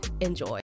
Enjoy